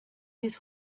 his